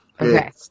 Okay